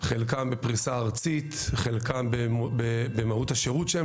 חלקם בפריסה ארצית; חלקם במהות השירות שהם